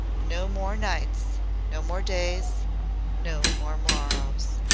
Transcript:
no more nights no more days no more morrows.